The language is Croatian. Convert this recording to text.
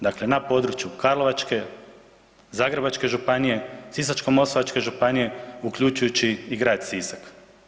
Dakle, na području Karlovačke, Zagrebačke županije, Sisačko-moslavačko županije uključujući i grad Sisak.